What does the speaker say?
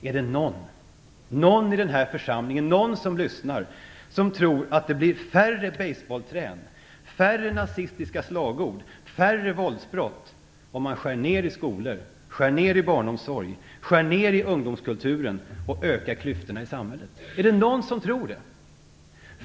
Är det någon i den här församlingen och någon annan som lyssnar som tror att det blir färre basebollträn, färre nazistiska slagord och färre våldsbrott om man skär ned i skolor, skär ned i barnomsorg, skär ned i ungdomskulturen och ökar klyftorna i samhället? Är det någon som tror det?